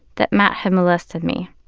that matt had molested me.